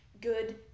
good